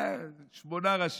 שמונה ראשים,